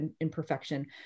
imperfection